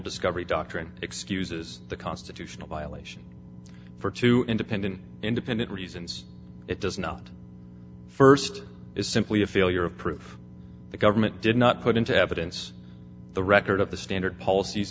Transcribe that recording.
discovery doctrine excuses the constitutional violation for two independent independent reasons it does not st is simply a failure of proof the government did not put into evidence the record of the standard policies